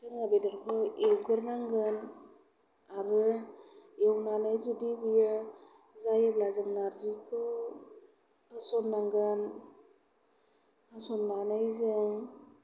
जोङो बेदरखौ एवगोरनांगोन आरो एवनानै जुदि बियो जायोब्ला जों नार्जिखौ होसननांगोन होसननानै जों